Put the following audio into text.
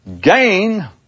gain